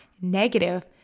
negative